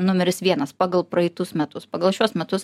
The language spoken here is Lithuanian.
numeris vienas pagal praeitus metus pagal šiuos metus